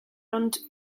ond